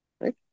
Right